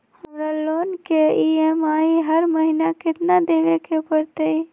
हमरा लोन के ई.एम.आई हर महिना केतना देबे के परतई?